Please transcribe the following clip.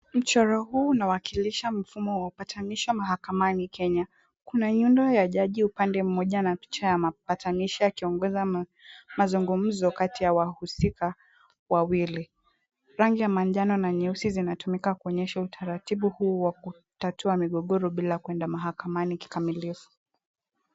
Mchoro huu unawakilisha mfumo wa upatanisho mahakamani Kenya. Kuna nyundo ya jaji upande mmoja na picha ya mapatanisho ya kiongozi wa mazungumzo kati ya wahusika wawili. Rangi ya manjano na nyeusi zinatumika kuonyesha utaratibu huu wa kutatua migogoro bila kwenda mahakamani kikamilifu.